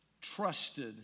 trusted